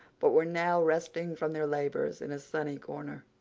but were now resting from their labors in a sunny corner,